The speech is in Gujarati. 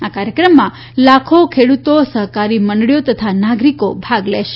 આ કાર્યક્રમમાં લાખો ખેડૂતો સહકારી મંડળીઓ તથા નાગરિકો ભાગ લેશે